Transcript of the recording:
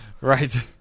Right